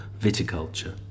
viticulture